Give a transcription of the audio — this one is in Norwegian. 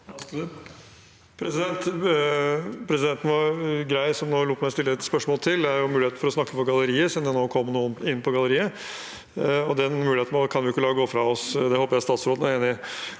Presidenten var grei nå som lot meg stille et spørsmål til. Det er jo en mulighet for å snakke for galleriet siden det nå kom noen inn på galleriet, og den muligheten kan vi ikke la gå fra oss, det håper jeg statsråden er enig i.